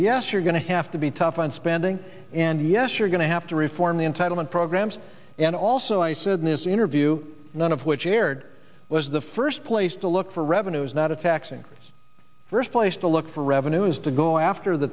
yes you're going to have to be tough on spending and yes you're going to have to reform the entitlement programs and also i said in this interview none of which aired was the first place to look for revenues not a tax increase first place to look for revenues to go after the